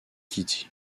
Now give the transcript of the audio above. kitty